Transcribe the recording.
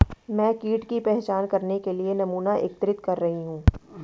मैं कीट की पहचान करने के लिए नमूना एकत्रित कर रही हूँ